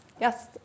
Yes